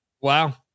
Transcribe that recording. wow